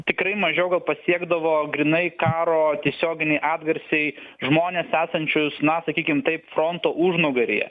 tikrai mažiau gal pasiekdavo grynai karo tiesioginiai atgarsiai žmones esančius na sakykim taip fronto užnugaryje